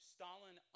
Stalin